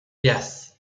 yes